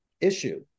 issue